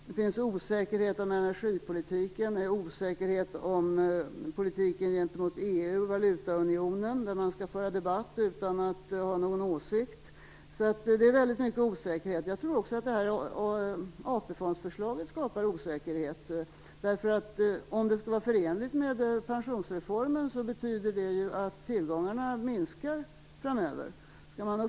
Det finns också en osäkerhet om energipolitiken och om politiken gentemot EU och valutaunionen. I den frågan försöker man föra en debatt utan att ha någon åsikt. Det finns alltså väldigt mycket osäkerhet. Jag tror också att AP-fondsförslaget skapar osäkerhet. Om det skall vara förenligt med pensionsreformen betyder det att tillgångarna minskar framöver.